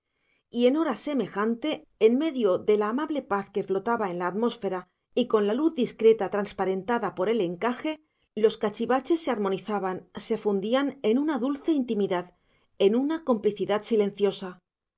y en hora semejante en medio de la amable paz que flotaba en la atmósfera y con la luz discreta transparentada por el encaje los cachivaches se armonizaban se fundían en una dulce intimidad en una complicidad silenciosa